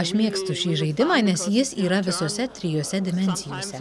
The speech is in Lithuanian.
aš mėgstu šį žaidimą nes jis yra visose trijose dimensijose